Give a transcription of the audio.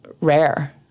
rare